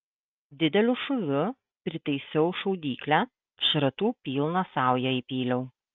dideliu šūviu pritaisiau šaudyklę šratų pilną saują įpyliau